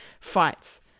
fights